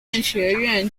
学院